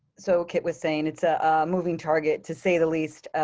so kit was saying. it's a moving target, to say the least.